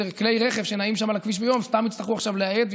כלי רכב שנעים שם על הכביש ביום סתם יצטרכו להאט עכשיו,